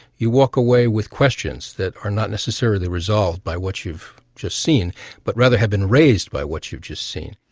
you walk away with questions that are not necessarily resolved by what you've just seen but rather have been raised by what you've just seen.